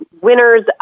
winners